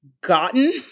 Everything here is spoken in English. gotten